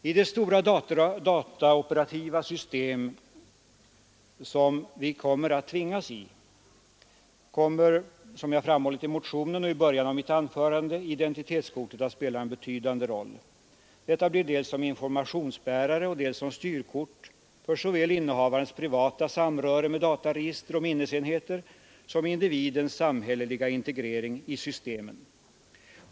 I de stora dataoperativa system som vi kommer att tvingas in i, kommer — som jag framhållit i motionen och i början av mitt anförande — identitetskortet att spela en betydande roll dels som informationsbärare, dels som styrkort för såväl innehavarens privata samröre med dataregister och minnesenheter som individens samhälleliga integrering i systemen.